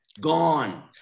Gone